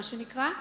מה שנקרא.